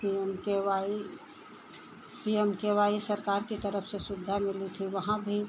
P M K Y P M K Y सरकार की तरफ से सुविधा मिली थी वहाँ भी